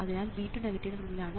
അതിനാൽ B2 negative ടെർമിനലാണ്